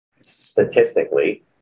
statistically